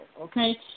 okay